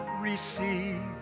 receive